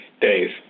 days